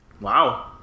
Wow